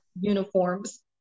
uniforms